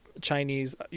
Chinese